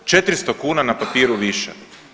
400 kuna na papiru više.